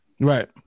right